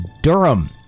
Durham